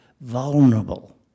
vulnerable